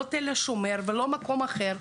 לא תל השומר ולא מקום אחר,